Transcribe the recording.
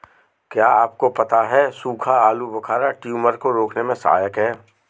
क्या आपको पता है सूखा आलूबुखारा ट्यूमर को रोकने में सहायक है?